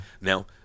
Now